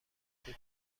سکوت